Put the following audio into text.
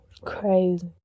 Crazy